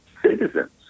citizens